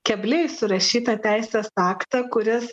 kebliai surašytą teisės aktą kuris